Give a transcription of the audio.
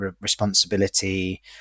responsibility